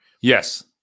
Yes